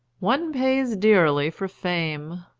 one pays dearly for fame,